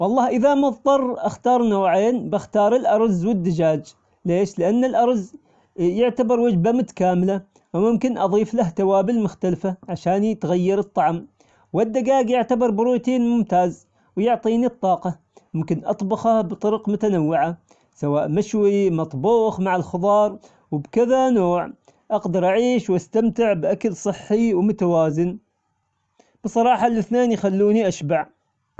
والله إذا مظطرأختار نوعين باختار الأرز والدجاج ، ليش ؟ لأن الأرز يعتبر وجبة متكاملة ، وممكن أضيفله توابل مختلفة عشان يتغير الطعم، والدجاج يعتبر بروتين ممتاز ويعطيني الطاقة ، وممكن أطبخه بطرق متنوعة سواء مشوي مطبوخ مع الخضار وبكذا نوع، أقدر أعيش وأستمتع بأكل صحي ومتوازن، بصراحة الاثنين يخلوني أشبع.